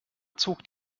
zog